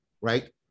right